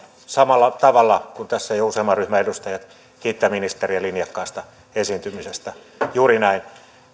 samalla tavalla kuin tässä jo useamman ryhmän edustajat kiittää ministeriä linjakkaasta esiintymisestä juuri näin